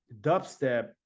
dubstep